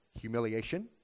humiliation